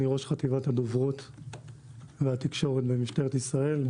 אני ראש חטיבת הדוברות והתקשורת במשטרת ישראל.